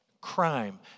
crime